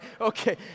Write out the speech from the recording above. okay